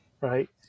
Right